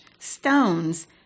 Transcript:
stones